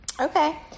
Okay